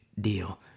deal